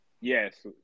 Yes